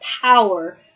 power